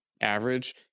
average